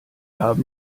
haben